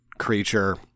creature